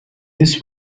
this